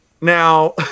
Now